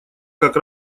как